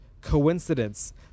coincidence